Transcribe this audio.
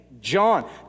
John